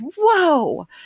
whoa